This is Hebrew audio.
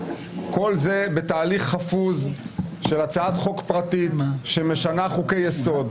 כל זה בתהליך חפוז של הצעת חוק פרטית שמשנה חוקי-יסוד,